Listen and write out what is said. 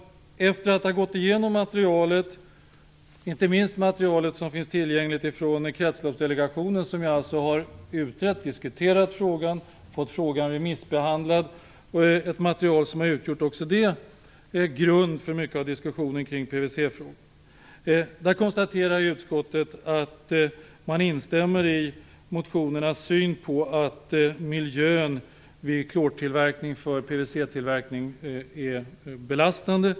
Efter att ha gått igenom materialet - inte minst det material som finns tillgängligt från Kretsloppsdelegationen, som alltså har utrett och diskuterat frågan och fått den remissbehandlad; ett material som också har utgjort grunden för mycket av diskussionen kring PVC-frågor - konstaterar utskottet att man instämmer i motionärernas syn på att miljön vid klortillverkning för PVC-tillverkning är belastande.